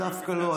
דווקא לא,